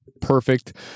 perfect